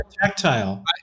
tactile